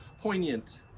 poignant